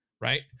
right